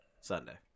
Sunday